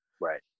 Right